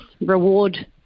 reward